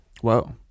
whoa